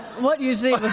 what you see